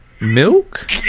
milk